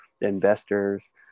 investors